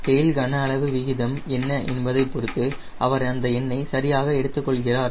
tail கன அளவு விகிதம் என்ன என்பதைப் பொருத்து அவர் அந்த எண்ணை சரியாக எடுத்துக்கொள்கிறார்